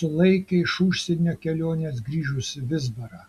sulaikė iš užsienio kelionės grįžusį vizbarą